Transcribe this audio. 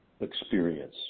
experience